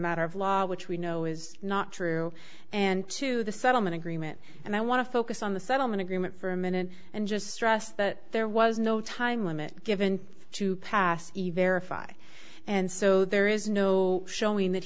matter of law which we know is not true and to the settlement agreement and i want to focus on the settlement agreement for a minute and just stress that there was no time limit given to pass by and so there is no showing that